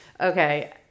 Okay